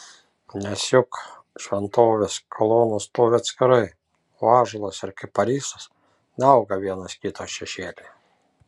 nes juk šventovės kolonos stovi atskirai o ąžuolas ir kiparisas neauga vienas kito šešėlyje